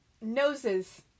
Noses